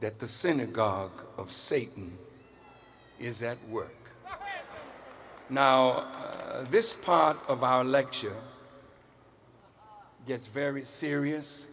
that the synagogue of satan is that work this part of our lecture it's very serious